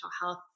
health